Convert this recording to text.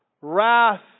Wrath